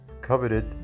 coveted